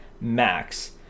max